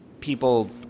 people